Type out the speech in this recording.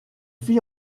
fit